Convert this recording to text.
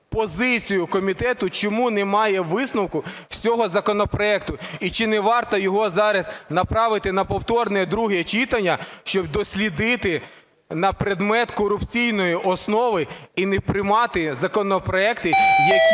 позицію комітету, чому немає висновку з цього законопроекту, і чи не варто його зараз направити на повторне друге читання, щоб дослідити на предмет корупційної основи. І не приймати законопроекти, які